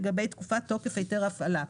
לגבי תקופת תוקף היתר ההפעלה.